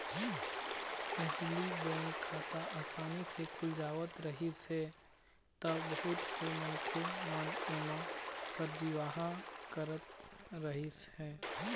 पहिली बेंक खाता असानी ले खुल जावत रहिस हे त बहुत से मनखे मन एमा फरजीवाड़ा करत रहिस हे